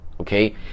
okay